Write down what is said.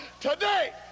today